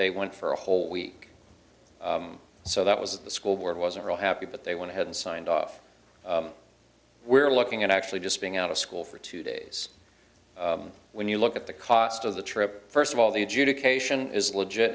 they went for a whole week so that was the school board wasn't real happy but they went ahead and signed off we're looking at actually just being out of school for two days when you look at the cost of the trip first of all the adjudication is legit